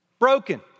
broken